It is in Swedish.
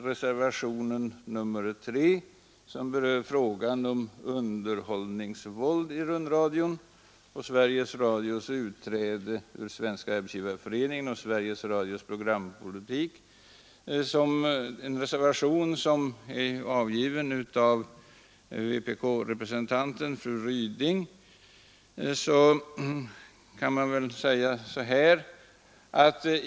Reservationen 3 berör frågan om underhållningsvåld i rundradion, Sveriges Radios utträde ur Svenska arbetsgivareföreningen och Sveriges Radios programpolitik och är avgiven av vpk-representanten fru Ryding.